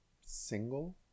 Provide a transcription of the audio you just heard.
single